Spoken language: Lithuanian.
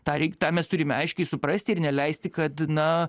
tą reik tą mes turime aiškiai suprasti ir neleisti kad na